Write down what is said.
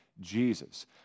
Jesus